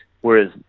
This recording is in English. Whereas